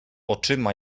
oczyma